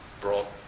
brought